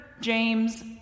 James